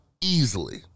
easily